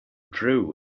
drew